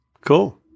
Cool